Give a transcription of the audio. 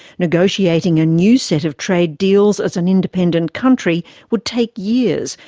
negotiating a new set of trade deals as an independent country would take years,